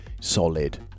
solid